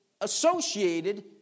associated